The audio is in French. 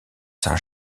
saint